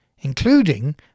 including